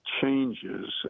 changes